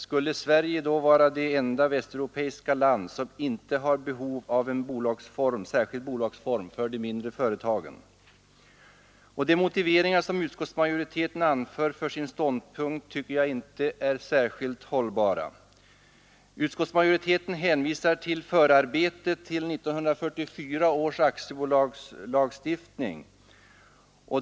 Skulle Sverige då vara det enda västeuropeiska land, som inte har behov av en särskild bolagsform för de mindre företagen? De motiveringar som utskottsmajoriteten anför för sin ståndpunkt tycker jag inte är särskilt hållbara. Utskottsmajoriteten hänvisar till förarbetet till 1944 års aktiebolagslagstiftning.